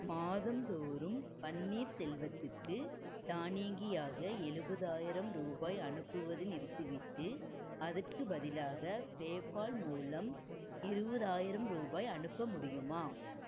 மாதந்தோறும் பன்னீர்செல்வத்துக்கு தானியங்கியாக ஏழுபதாயிரம் ரூபாய் அனுப்புவதை நிறுத்திவிட்டு அதற்குப் பதிலாக பேபால் மூலம் இருபதாயிரம் ரூபாய் அனுப்ப முடியுமா